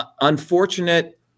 unfortunate